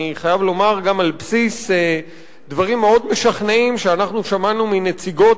אני חייב לומר גם על בסיס דברים מאוד משכנעים שאנחנו שמענו מנציגות